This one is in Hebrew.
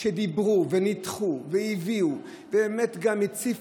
שבה לא דיברו וניתחו והביאו וגם הציפו,